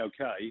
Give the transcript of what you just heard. okay